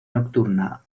nocturna